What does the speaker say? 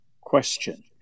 question